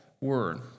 word